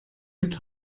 mit